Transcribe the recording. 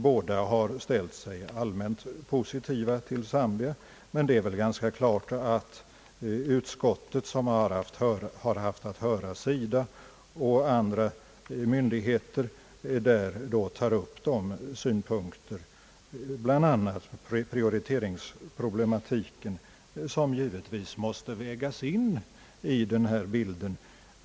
Båda dessa parter har ställt sig allmänt positiva till Zambia. Självfallet har emellertid utskottet, som haft att höra SIDA och andra myndigheter i denna fråga, också tagit upp de synpunkter, bland annat prioriteringsproblematiken, som givetvis måste vägas in i denna bild.